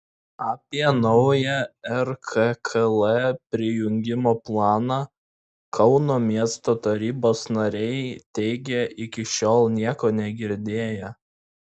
apie naują rkkl prijungimo planą kauno miesto tarybos nariai teigia iki šiol nieko negirdėję